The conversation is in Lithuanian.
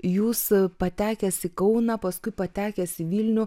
jūs patekęs į kauną paskui patekęs į vilnių